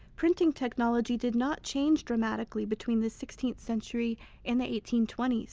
printing technology did not change dramatically between the sixteenth century and the eighteen twenty s.